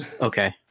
Okay